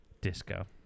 Disco